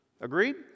Agreed